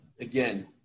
again